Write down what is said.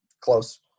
close